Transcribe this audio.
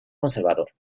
conservador